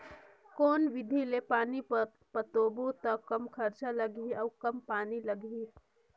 कौन विधि ले पानी पलोबो त कम खरचा लगही अउ कम पानी लगही?